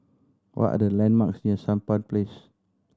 what are the landmarks near Sampan Place